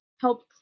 help